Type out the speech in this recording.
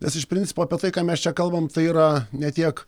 nes iš principo apie tai ką mes čia kalbam tai yra ne tiek